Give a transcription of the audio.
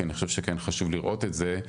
כי אני חושב שכן חשוב לראות את זה.